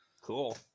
Cool